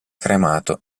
cremato